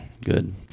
Good